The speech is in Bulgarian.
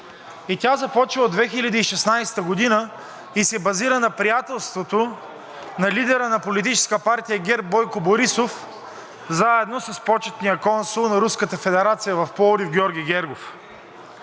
Тя започва от 2016 г. и се базира на приятелството на лидера на Политическа партия ГЕРБ Бойко Борисов заедно с почетния консул на Руската федерация в Пловдив Георги Гергов.